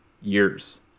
years